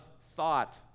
thought